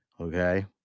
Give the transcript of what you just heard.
Okay